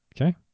okay